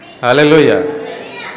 Hallelujah